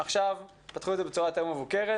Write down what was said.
ועכשיו פתחו את זה בצורה יותר מבוקרת.